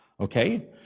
Okay